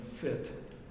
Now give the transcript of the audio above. fit